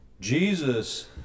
Jesus